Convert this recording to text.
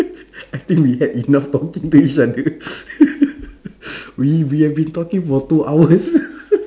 I think we had enough talking to each other we we have been talking for two hours